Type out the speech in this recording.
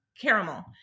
caramel